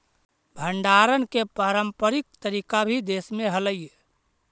भण्डारण के पारम्परिक तरीका भी देश में हलइ